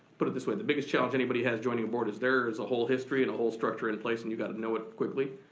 put it this way, the biggest challenge anybody has joining a board is there's a whole history and a whole structure in place and you gotta know it quickly,